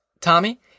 Tommy